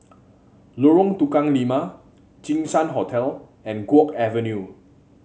Lorong Tukang Lima Jinshan Hotel and Guok Avenue